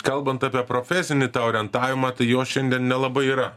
kalbant apie profesinį orientavimą tai jo šiandien nelabai yra